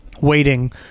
waiting